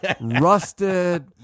Rusted